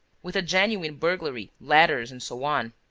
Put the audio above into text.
with a genuine burglary, ladders, and so on.